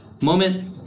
moment